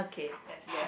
yes